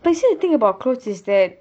but you see the thing about clothes is that